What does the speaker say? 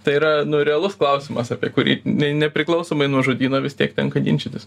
tai yra nu realus klausimas apie kurį ne nepriklausomai nuo žodyno vis tiek tenka ginčytis